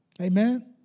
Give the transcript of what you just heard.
Amen